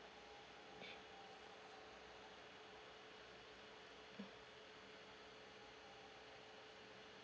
mm